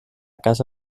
casa